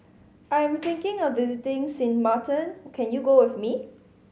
I'm thinking of visiting Sint Maarten can you go with me